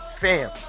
fam